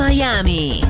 Miami